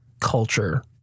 culture